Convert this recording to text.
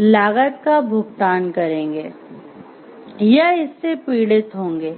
लागत का भुगतान करेंगे या इससे पीड़ित होंगे